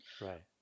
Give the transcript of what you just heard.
right